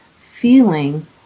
feeling